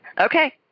Okay